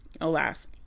alas